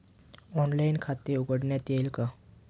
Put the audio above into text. Online खाते उघडता येईल का?